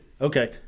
Okay